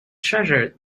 treasure